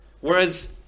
Whereas